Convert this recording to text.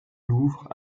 louvre